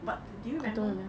but do you remember